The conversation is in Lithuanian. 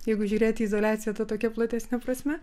jeigu žiūrėt į izoliaciją ta tokia platesne prasme